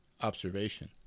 observation